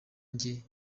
njye